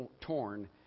torn